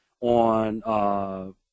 on